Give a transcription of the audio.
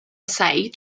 سعید